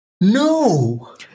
No